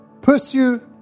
Pursue